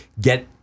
get